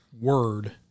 word